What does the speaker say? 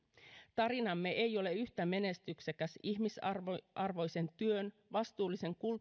tarinamme ei ole yhtä menestyksekäs ihmisarvoisen työn vastuullisen